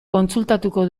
kontsultatuko